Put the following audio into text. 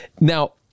Now